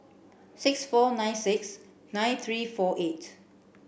six four nine six nine three four eight